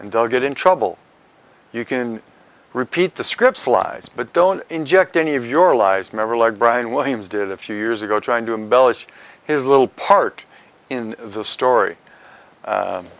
and they'll get in trouble you can repeat the scripts lies but don't inject any of your lies member like brian williams did a few years ago trying to embellish his little part in the story